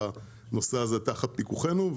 כשהנושא הזה תחת פיקוחנו.